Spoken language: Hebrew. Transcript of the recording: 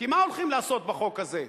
כי מה הולכים לעשות בחוק הזה?